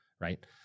Right